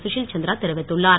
சுஷீல் சந்திரா தெரிவித்துள்ளார்